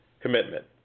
Commitment